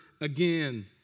again